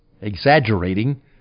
exaggerating